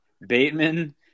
Bateman